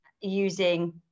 using